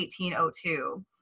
1802